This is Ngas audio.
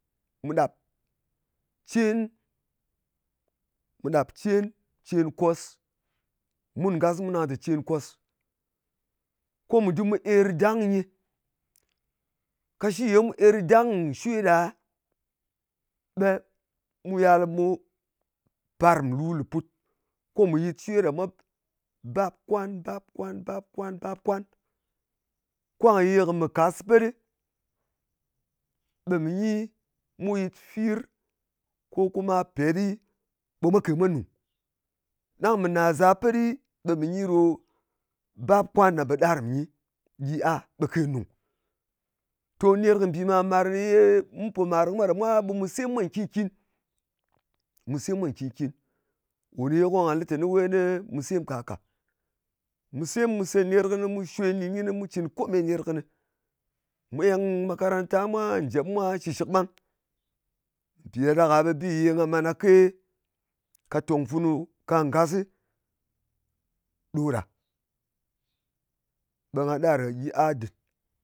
Mu ɗap cen, mu ɗap cen, cēn kōs. Mun ngas mu nang tè cēn kōs. Ko mu dɨm mu er dang nyɨ. Kashi mu er dang nshwe ɗa, ɓe mu yàl mù parp nlu lèput, ko mù yɨt shwe ɗa mwa, bap-kwan, bap-kwan, bap-kwan, bap-kwan. Kwang ye mɨ kas pet ɗɨ ɓe mɨ nyi mu yɨt fir, ko kuma petɗɨ ɓe mwà kè mwa nùng. Ɗang mɨ nāzā pet ɗɨ, ɓe nyi ɗo bap-kwan, ɗa ɓe ɗar mɨ nyi gyi a, ɓe kè nùng. To, ner kɨ mbì màr-màr nè yè mu pò màr kɨ mwa ɗa mwa, ɓe mù sem mwa nkin-kin. Mu sem mwa nkin-kin. Kò ne ye ko nga lɨ tèni mu sem ka kà. Mu sem, mu sē ner kɨni, mu nɗin kɨnɨ, mu cɨn kome ner kɨnɨ. Mu eng makaranta njèp mwa shɨshɨk ɓang. Mpì ɗa be bi ye nga man kake ka tòng funu ka ngas ɗo ɗa. Ɓe ngà ɗar gha gyi a dɨt.